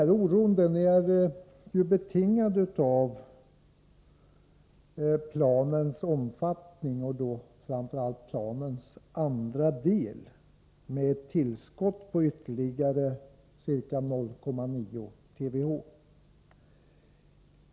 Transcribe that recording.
Den oron är betingad av planens omfattning, framför allt beträffande planens andra del, med ett tillskott på ytterligare ca 0,9 TWh.